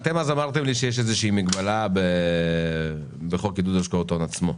אתם אמרתם לי שיש איזושהי מגבלה בחוק עידוד השקעות הון עצמו.